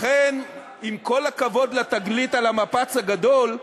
לכן, עם כל הכבוד לתגלית על המפץ הגדול,